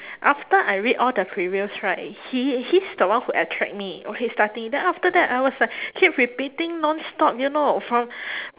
after I read all the previews right he he's the one who attract me okay starting then after that I was like keep repeating nonstop you know from